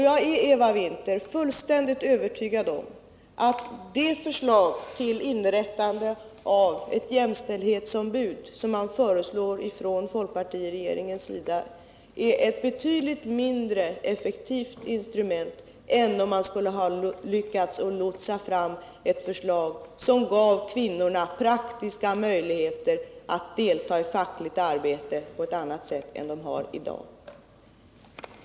Jag är fullständigt övertygad om att ett jämställdhetsombud, som folkpartiregeringen föreslår, är ett betydligt mindre effektivt instrument än ett förslag som hade givit kvinnorna praktiska möjligheter att delta i fackligt arbete på ett annat sätt än i dag.